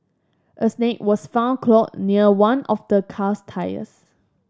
a snake was found coiled near one of the car's tyres